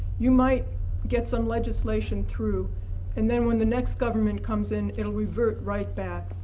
you might get some legislation through and then, when the next government comes in it'll revert right back.